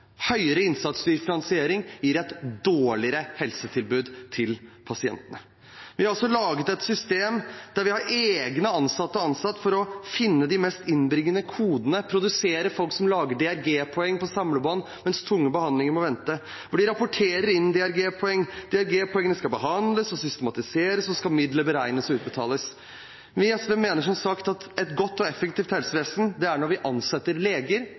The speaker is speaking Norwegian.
høyere andel innsatsstyrt finansiering gir et dårligere helsetilbud til pasientene. Vi har altså laget et system med folk som er ansatt for å finne de mest innbringende kodene og produsere folk som lager DRG-poeng på samlebånd, mens tunge behandlinger må vente. Man rapporterer inn DRG-poeng, DRG-poengene skal behandles og systematiseres, og så skal midler beregnes og utbetales. Vi i SV mener som sagt at vi får et godt og effektivt helsevesen når vi ansetter leger,